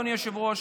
אדוני היושב-ראש,